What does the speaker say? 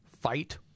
Fight